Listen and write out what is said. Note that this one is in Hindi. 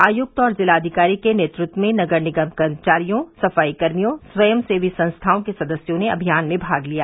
आयुक्त और जिलाधिकारी के नेतृत्व में नगर निगम कर्मचारियों सफाईकर्मियों स्वयंसेवी संस्थाओं के सदस्यों ने अभियान में भाग लिया